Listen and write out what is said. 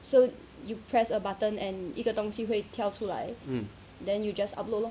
so you press a button and 一个东西会跳出来 then you just upload lor